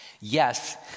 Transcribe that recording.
Yes